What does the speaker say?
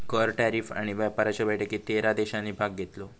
कर, टॅरीफ आणि व्यापाराच्या बैठकीत तेरा देशांनी भाग घेतलो